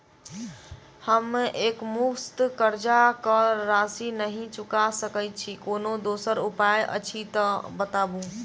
हम एकमुस्त कर्जा कऽ राशि नहि चुका सकय छी, कोनो दोसर उपाय अछि तऽ बताबु?